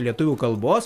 lietuvių kalbos